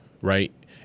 Right